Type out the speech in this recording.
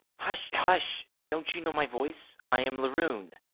hush! hush don't you know my voice i am laroon.